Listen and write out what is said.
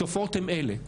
התופעות הן אלה.